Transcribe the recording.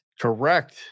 correct